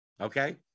okay